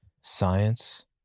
Science